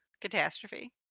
catastrophe